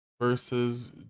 versus